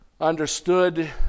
understood